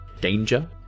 danger